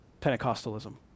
Pentecostalism